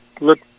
look